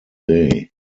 day